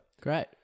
Great